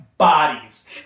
Bodies